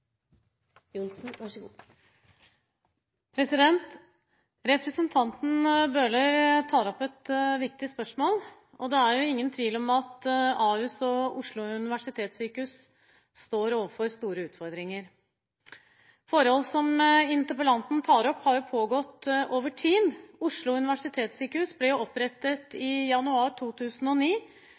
befolkningsveksten er så formidabel, mens i mange lokalsykehusområder står vi overfor en helt motsatt utfordring som også skal følge oss videre. Representanten Bøhler tar opp et viktig spørsmål. Det er ingen tvil om at Ahus og Oslo universitetssykehus står overfor store utfordringer. Forhold som interpellanten tar opp, har pågått over tid. Oslo universitetssykehus ble opprettet